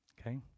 okay